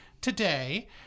today